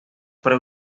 para